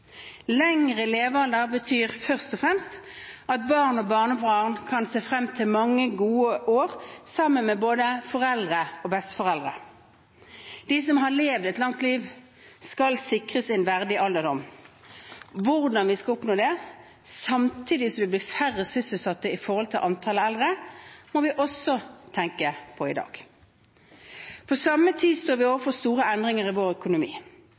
Lengre levealder betyr først og fremst at barn og barnebarn kan se frem til mange gode år sammen med både foreldre og besteforeldre. De som har levd et langt liv, skal sikres en verdig alderdom. Hvordan vi skal oppnå det, samtidig som vi blir færre sysselsatte i forhold til antall eldre, må vi også tenke på i dag. På samme tid står vi overfor store endringer i vår økonomi.